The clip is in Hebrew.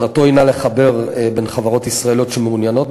מטרתו לחבר בין חברות ישראליות שמעוניינות